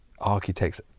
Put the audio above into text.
architects